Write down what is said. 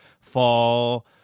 fall